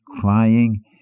crying